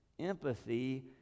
empathy